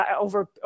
over